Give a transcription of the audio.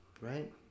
right